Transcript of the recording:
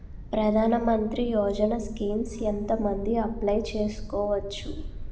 ప్రధాన మంత్రి యోజన స్కీమ్స్ ఎంత మంది అప్లయ్ చేసుకోవచ్చు?